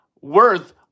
worth